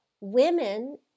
Women